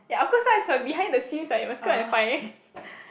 ya of course lah it's from the behind the scenes ah you must go and find